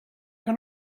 que